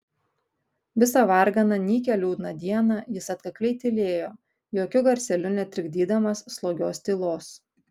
visą varganą nykią liūdną dieną jis atkakliai tylėjo jokiu garseliu netrikdydamas slogios tylos